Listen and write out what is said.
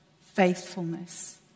faithfulness